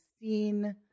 seen